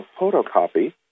photocopy